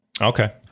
Okay